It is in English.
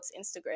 Instagram